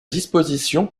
disposition